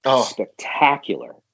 spectacular